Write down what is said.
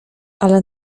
ale